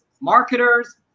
marketers